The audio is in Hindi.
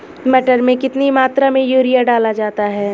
मटर में कितनी मात्रा में यूरिया डाला जाता है?